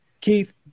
Keith